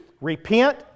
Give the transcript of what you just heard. repent